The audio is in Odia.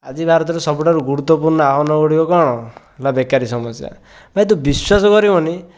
ଆଜି ଭାରତରେ ସବୁଠାରୁ ଗୁରୁତ୍ୱପୂର୍ଣ ଆହ୍ୱାନଗୁଡ଼ିକ କ'ଣ ହେଲା ବେକାରୀ ସମସ୍ୟା ଭାଇ ତୁ ବିଶ୍ୱାସ କରିବୁନି